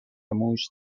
موش